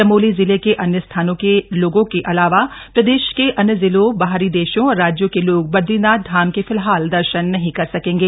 चमोली जिले के अन्य स्थानों के लोगों के अलावा प्रदेश के अन्य जिलों बाहरी देशों और राज्यों के लोग बदरीनाथ धाम के फिलहाल दर्शन नहीं कर सकेंगे